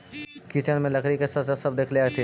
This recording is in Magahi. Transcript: किचन में लकड़ी के साँचा सब देखले होथिन